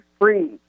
free